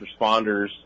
responders